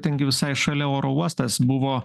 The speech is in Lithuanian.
ten gi visai šalia oro uostas buvo